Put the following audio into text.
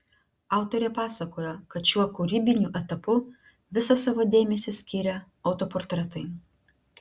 autorė pasakojo kad šiuo kūrybiniu etapu visą savo dėmesį skiria autoportretui